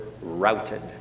routed